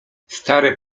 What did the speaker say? stary